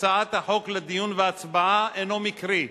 הצעת החוק לדיון והצבעה אינו מקרי.